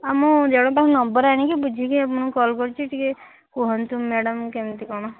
ଆଉ ମୁଁ ଜଣଙ୍କ ପାଖରୁ ନମ୍ୱର୍ ଆଣିକି ବୁଝିକି ଆପଣଙ୍କୁ କଲ୍ କରିଛି ଟିକେ କୁହନ୍ତୁ ମ୍ୟାଡ଼ାମ୍ କେମିତି କଣ